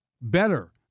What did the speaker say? better